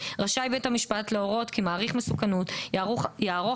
רשאי בית המשפט להורות כי מעריך מסוכנות יערוך